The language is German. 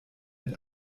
mit